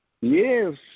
yes